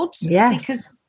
Yes